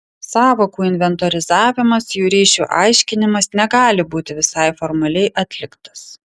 sąvokų inventorizavimas jų ryšių aiškinimas negali būti visai formaliai atliktas